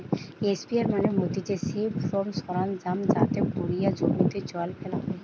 sprayer মানে হতিছে সেই ফার্ম সরঞ্জাম যাতে কোরিয়া জমিতে জল ফেলা হয়